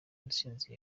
intsinzi